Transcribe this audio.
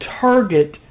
target